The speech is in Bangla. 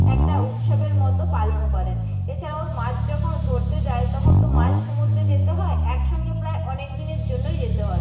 একটা উৎসবের মতো পালন করেন এছাড়াও মাছ যখন ধরতে যায় তখন তো মাঝ সমুদ্রে যেতে হয় একসঙ্গে প্রায় অনেক দিনের জন্যই যেতে হয়